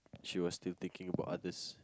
she was still thinking about others